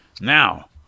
Now